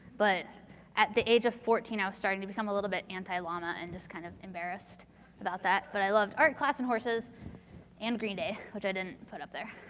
but at the age of fourteen i was starting to become a little bit anti llama and just kind of embarrassed about that. but i loved art class and horses and green day. which i didn't put up there.